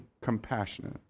compassionate